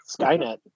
Skynet